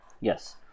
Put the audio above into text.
Yes